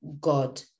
God